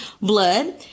blood